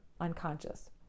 unconscious